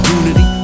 unity